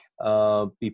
People